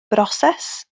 broses